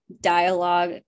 dialogue